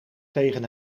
tegen